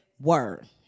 Word